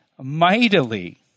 mightily